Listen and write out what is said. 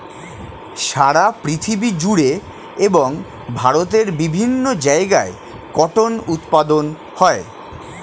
সারা পৃথিবী জুড়ে এবং ভারতের বিভিন্ন জায়গায় কটন উৎপাদন হয়